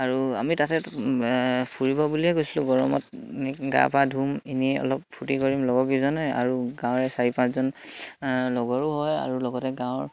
আৰু আমি তাতে ফুৰিব বুলিয়ে কৈছিলোঁ গৰমত গা পা ধুম এনে অলপ ফূৰ্তি কৰিম লগৰ কেইজনে আৰু গাঁৱৰে চাৰি পাঁচজন লগৰো হয় আৰু লগতে গাঁৱৰ